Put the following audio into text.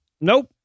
Nope